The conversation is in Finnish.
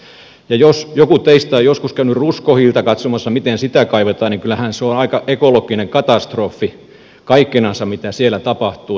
ja jos joku teistä on joskus käynyt katsomassa miten ruskohiiltä kaivetaan niin kyllähän se on aika ekologinen katastrofi kaikkinensa mitä siellä tapahtuu